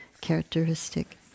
characteristic